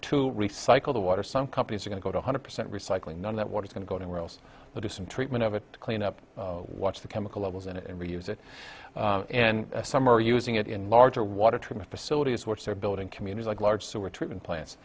to recycle the water some companies are going to go to a hundred percent recycling none that what is going to go to where else but to some treatment of it to clean up what's the chemical levels and reuse it and some are using it in larger water treatment facilities which they're building community like large sewer treatment plants